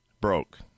broke